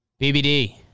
BBD